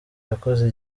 yakoze